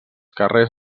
carrers